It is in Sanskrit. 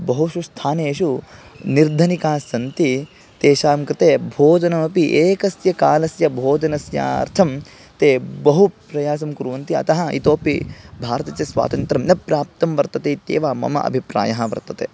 बहुषु स्थानेषु निर्धनिकाः सन्ति तेषां कृते भोजनमपि एकस्य कालस्य भोजनस्यार्थं ते बहु प्रयासं कुर्वन्ति अतः इतोपि भारतस्य स्वातन्त्र्यं न प्राप्तं वर्तते इत्येव मम अभिप्रायः वर्तते